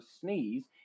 sneeze